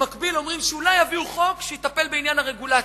במקביל אומרים שאולי יביאו חוק שיטפל בעניין הרגולציה.